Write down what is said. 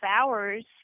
hours